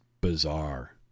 bizarre